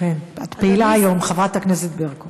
את פעילה היום, חברת הכנסת ברקו.